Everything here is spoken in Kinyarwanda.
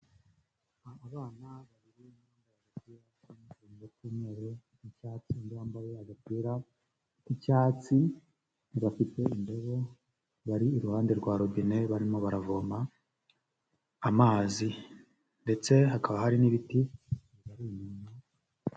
Abana babiri bafite mu cy cyuumweru nk'icyatsi bambaye agapira k'icyatsi bafite indobo bari iruhande rwa rubine barimo baravoma amazi ndetse hakaba hari n'ibiti bari umuntu.